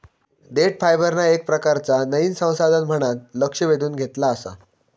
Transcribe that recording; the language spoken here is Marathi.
देठ फायबरना येक प्रकारचा नयीन संसाधन म्हणान लक्ष वेधून घेतला आसा